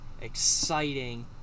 exciting